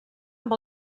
amb